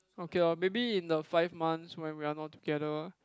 okay loh maybe in the five months when we are not together